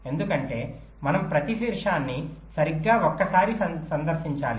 ఎందుకంటే మనం ప్రతి శీర్షాన్ని సరిగ్గా ఒకసారి సందర్శించాలి